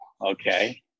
okay